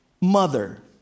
mother